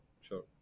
Sure